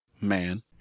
man